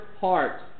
heart